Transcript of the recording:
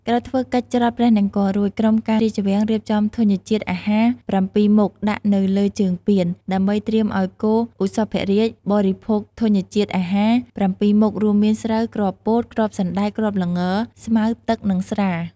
ក្រោយធ្វើកិច្ចច្រត់ព្រះនង្គ័លរួច ក្រមការរាជវាំង រៀបចំធញ្ញអាហារ ៧មុខដាក់នៅលើជើងពាន ដើម្បីត្រៀមឱ្យគោឧសភរាជបរិភោគធញ្ញអាហារ ៧មុខ រួមមាន ស្រូវ គ្រាប់ពោត គ្រាប់សណ្ដែក គ្រាប់ល្ង ស្មៅ ទឹក និងស្រា។